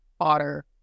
otter